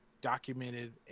documented